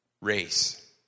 race